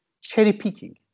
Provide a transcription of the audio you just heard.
cherry-picking